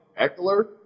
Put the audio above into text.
Eckler